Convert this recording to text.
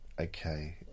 Okay